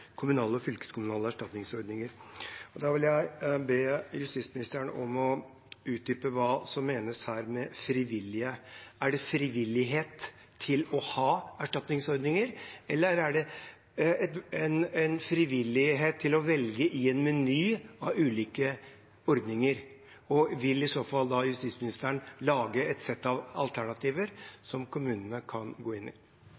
kommunale og fylkeskommunale erstatningsordninger. Da vil jeg be justisministeren om å utdype hva som menes med «frivillige». Er det frivillighet til å ha erstatningsordninger, eller er det en frivillighet til å velge i en meny av ulike ordninger? Og vil i så fall justisministeren lage et sett av alternativer som kommunene kan gå inn i?